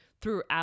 throughout